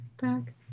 back